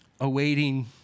awaiting